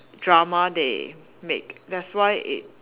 drama they make that's why it